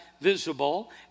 visible